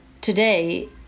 today